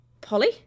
Polly